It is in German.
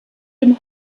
dem